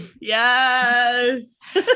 Yes